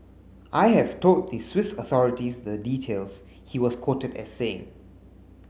I have told the Swiss authorities the details he was quoted as saying